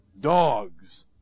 dogs